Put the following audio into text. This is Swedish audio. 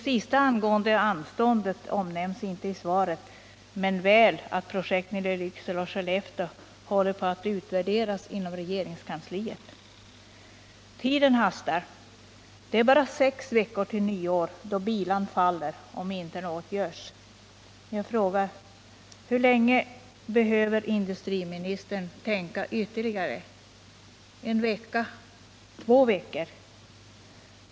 Begäran om anstånd omnämns inte i svaret, men väl att projekten i Lycksele och Skellefteå håller på att utvärderas inom regeringskansliet. Tiden hastar. Det är bara sex veckor till nyår, då bilan faller om inte något görs. Jag frågar: Hur länge behöver industriministern tänka ytterligare? En vecka? Två veckor?